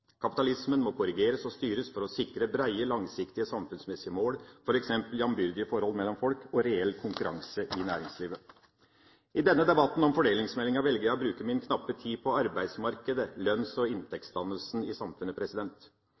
Kapitalismen må korrigeres og styres for å sikre brede, langsiktige samfunnsmessige mål, som f.eks. jambyrdige forhold mellom folk og reell konkurranse i næringslivet. I denne debatten om fordelingsmeldinga velger jeg å bruke min knappe tid på arbeidsmarkedet – lønns- og inntektsdannelsen i samfunnet.